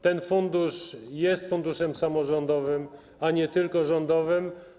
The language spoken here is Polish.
Ten fundusz jest funduszem samorządowym, a nie tylko rządowym.